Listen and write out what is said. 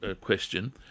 question